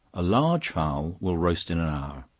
a large fowl will roast in an hour,